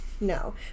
No